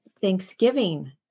Thanksgiving